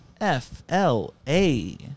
F-L-A